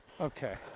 Okay